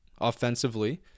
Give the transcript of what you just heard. offensively